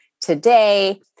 today